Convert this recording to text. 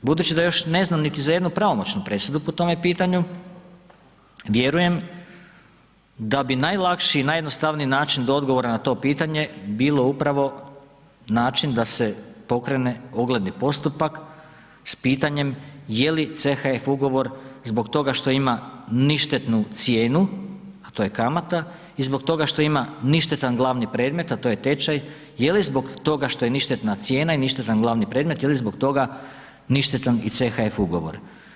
Budući da još ne znam niti za jednu pravomoćnu presudu po tome pitanju, vjerujem da bi najlakši i najjednostavniji način do odgovora na to pitanje, bilo upravo način da se pokrene ogledni postupak s pitanjem je li CHF ugovor zbog toga što ima ništetnu cijenu, a to je kamata i zbog toga što ima ništetan glavni predmet, a to je tečaj, je li zbog toga što je ništetna cijena i ništetan glavni predmet, je li zbog toga ništetan i CHF ugovor?